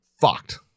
fucked